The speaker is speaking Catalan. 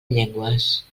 llengües